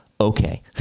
okay